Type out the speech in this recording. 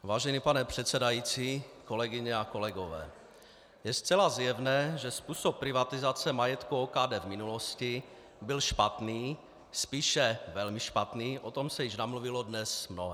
Vážený pane předsedající, kolegyně a kolegové, je zcela zjevné, že způsob privatizace majetku OKD v minulosti byl špatný, spíše velmi špatný, o tom se již namluvilo dnes mnohé.